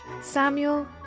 Samuel